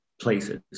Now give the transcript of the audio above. places